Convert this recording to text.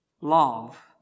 love